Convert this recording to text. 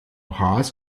haas